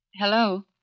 Hello